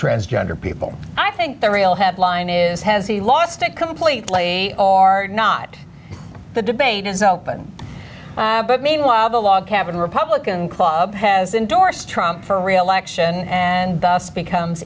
transgender people i think the real headline is has he lost it completely are not the debate is open but meanwhile the log cabin republicans club has endorsed trump for reelection and becomes